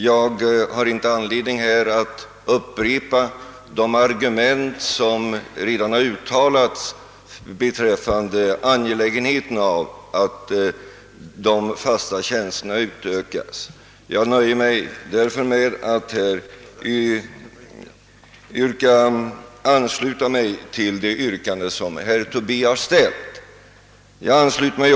Jag har inte anledning att upprepa de redan framförda argumenten om angelägenheten av att antalet fasta tjänster utökas och nöjer mig därför med ait ansluta mig till det yrkande som herr Tobé ställde.